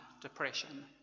depression